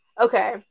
okay